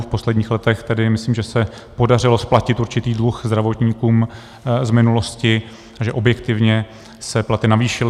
V posledních letech tedy myslím, že se podařilo splatit určitý dluh zdravotníkům z minulosti a že objektivně se platy navýšily.